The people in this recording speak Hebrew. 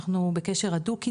שאנחנו בקשר הדוק איתם,